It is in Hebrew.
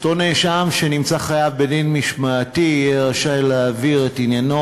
אותו נאשם שנמצא חייב בדין משמעתי יהיה רשאי להעביר את עניינו